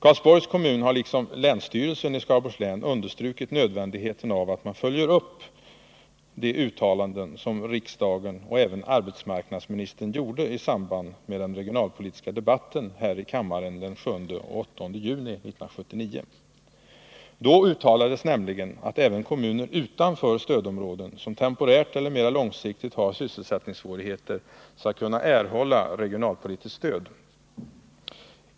Karlsborgs kommun har liksom länsstyrelsen i Skaraborgs län understrukit nödvändigheten av att följa upp de uttalanden som riksdagen och även arbetsmarknadsministern gjorde i samband med den regionalpolitiska debatten här i kammaren den 7-8 juni 1979. Då uttalades nämligen att även kommuner utanför stödområden som temporärt eller mera långsiktigt har sysselsättningssvårigheter skall kunna erhålla regionalpolitiskt stöd.